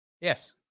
Yes